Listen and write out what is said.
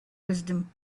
wisdom